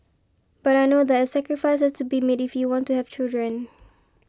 but I know that sacrifice has to be made if we want to have children